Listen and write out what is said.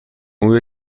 اون